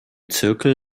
zirkel